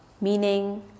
meaning